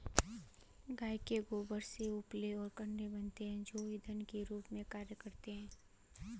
गाय के गोबर से उपले और कंडे बनते हैं जो इंधन के रूप में कार्य करते हैं